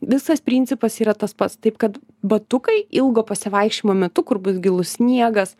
visas principas yra tas pats taip kad batukai ilgo pasivaikščiojimo metu kur bus gilus sniegas